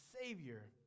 Savior